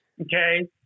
okay